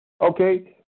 Okay